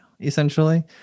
essentially